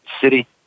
city